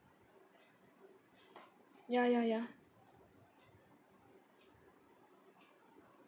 ya ya ya